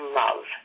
love